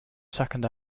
second